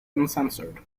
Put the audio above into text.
uncensored